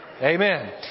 Amen